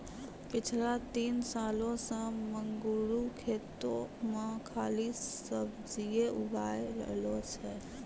पिछला तीन सालों सॅ मंगरू खेतो मॅ खाली सब्जीए उगाय रहलो छै